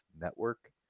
Network